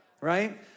right